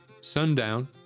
Sundown